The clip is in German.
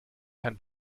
kein